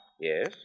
Yes